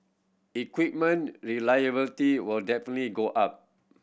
equipment reliability will definitely go up